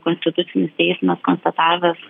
konstitucinis teismas konstatavęs